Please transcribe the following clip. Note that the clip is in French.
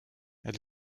elle